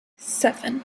seven